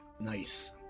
Nice